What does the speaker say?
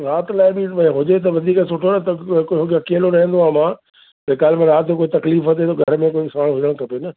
राति लाइ बि म हुजे त वधीक सुठो न त अकेलो रहंदो आहियां मां बेकार में राति जो को तकलीफ़ थिए त घर में कोई साण हुजणु खपे न